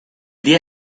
día